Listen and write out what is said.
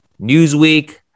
newsweek